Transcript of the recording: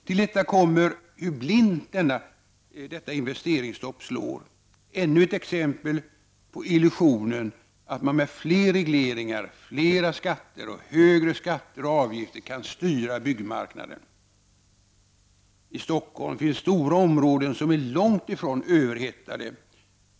Till detta kommer hur blint detta investeringsstopp slår — ännu ett exempel på illusionen att man med fler regleringar, fler skatter och högre skatter och avgifter kan styra byggmarknaden. I Stockholm finns stora områden som är långt ifrån överhettade.